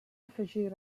afegir